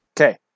Okay